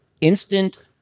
Instant